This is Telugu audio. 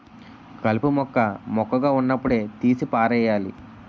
కలుపు మొక్క మొక్కగా వున్నప్పుడే తీసి పారెయ్యాలి